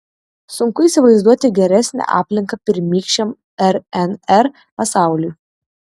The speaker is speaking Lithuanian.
sunku įsivaizduoti geresnę aplinką pirmykščiam rnr pasauliui